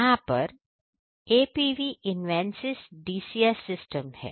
यहां पर APV Invensys DCS system है